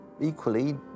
equally